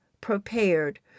prepared